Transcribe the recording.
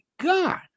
God